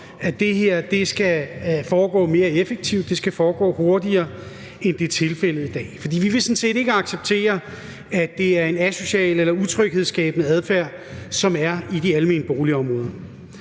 at det her skal foregå mere effektivt og hurtigere, end det er tilfældet i dag. For vi vil ikke acceptere asocial eller utryghedsskabende adfærd i de almene boligområder.